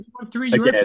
again